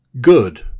Good